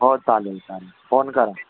हो चालेल चालेल फोन करा